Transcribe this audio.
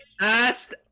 asked